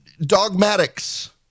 dogmatics